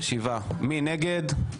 מי נגד?